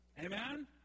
Amen